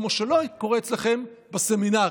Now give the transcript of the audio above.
כמו שלא קורה אצלכם בסמינרים.